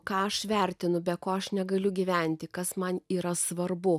ką aš vertinu be ko aš negaliu gyventi kas man yra svarbu